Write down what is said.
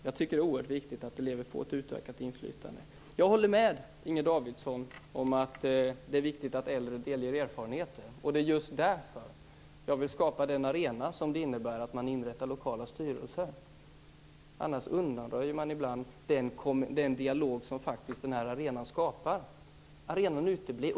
Jag tycker att det är oerhört viktigt att elever får ett utökat inflytande. Jag håller med Inger Davidson om att det är viktigt att äldre delger sina erfarenheter. Det är just därför som jag vill skapa den arena som det innebär att man inrättar lokala styrelser, annars undanröjer man ibland den dialog som denna arena faktiskt skapar. Arenan uteblir.